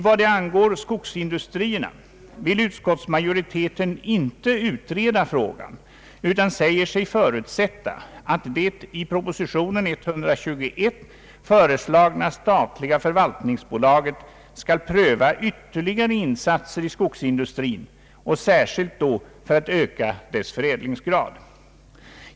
Beträffande skogsindustrierna vill utskottsmajoriteten inte företa en utredning utan säger sig förutsätta, att det i propositionen nr 121 föreslagna statliga förvaltningsbolaget skall pröva ytterligare insatser i skogsindustrin, särskilt då för att öka dess förädlingsgrad.